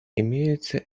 имеются